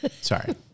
Sorry